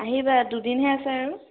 আহিবা দুইদিনহে আছে আৰু